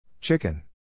Chicken